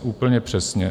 Úplně přesně.